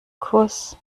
kuss